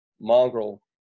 mongrel